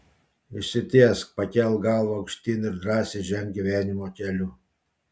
išsitiesk pakelk galvą aukštyn ir drąsiai ženk gyvenimo keliu